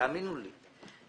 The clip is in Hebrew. תאמינו לי.